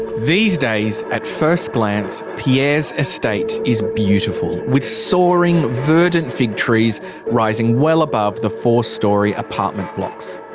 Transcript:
these days. at first glance, pierre's estate is beautiful, with soaring verdant fig trees rising well above the four-storey apartment blocks.